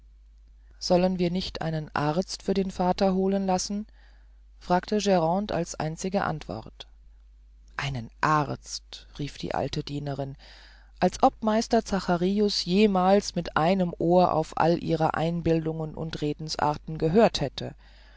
sollen wir nicht einen arzt für den vater holen lassen fragte grande als einzige antwort einen arzt rief die alte dienerin als ob meister zacharius jemals mit einem ohr auf all ihre einbildungen und redensarten gehört hätte